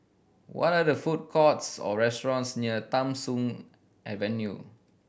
what are food courts or restaurants near Tham Soong Avenue